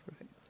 Right